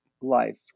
life